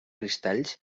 cristalls